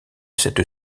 cette